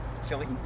silly